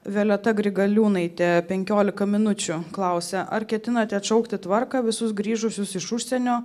violeta grigaliūnaitė penkiolika minučių klausė ar ketinate atšaukti tvarką visus grįžusius iš užsienio